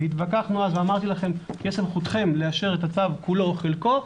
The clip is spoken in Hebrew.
והתווכחנו אז ואמרתי לכם שסמכותכם לאשר את הצו כולו או חלקו,